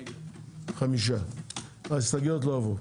הצבעה בעד 3. נגד 5. ההסתייגויות לא עברו.